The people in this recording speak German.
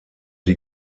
die